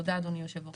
תודה אדוני יושב הראש.